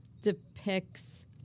depicts